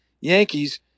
Yankees